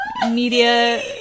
media